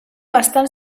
bastant